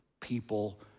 people